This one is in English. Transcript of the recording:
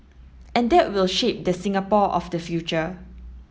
and that will shape the Singapore of the future